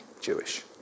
Jewish